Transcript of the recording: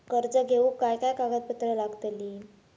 कर्ज घेऊक काय काय कागदपत्र लागतली?